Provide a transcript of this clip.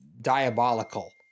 diabolical